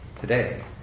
today